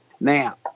Now